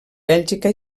bèlgica